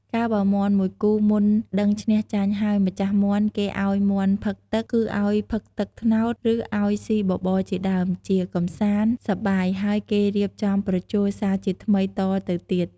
កាល បើមាន់មួយគូមុនដឹងឈ្នះចាញ់ហើយ ម្ចាស់មាន់គេឲ្យមាន់ផឹកទឹក គឺឲ្យផឹកទឹកត្នោត ឬឲ្យស៊ីបបរជាដើម ជាកម្សាន្ត សប្បាយ ហើយគេរៀបចំប្រជល់ សាជាថ្មីតទៅទៀត ។